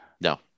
no